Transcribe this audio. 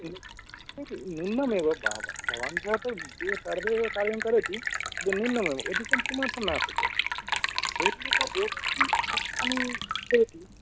तत् न्यूनमेव वाहः वाहः भवन्तः तु सर्वे कार्यं करोति न्यूनमेव अधिकं किमर्थं न स्वीकरोति वाहः वाहः